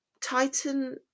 tighten